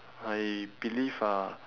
I believe uh